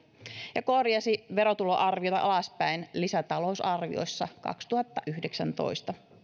ja korjasi verotuloarviota alaspäin lisätalousarviossa kaksituhattayhdeksäntoista